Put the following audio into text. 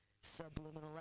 subliminal